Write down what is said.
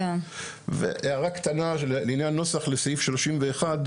הערה קטנה לעניין נוסח לסעיף 31א,